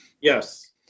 Yes